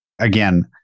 Again